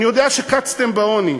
אני יודע שקַצְתם בעוני,